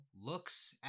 looks